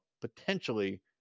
potentially